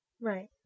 Right